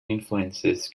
influences